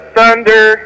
Thunder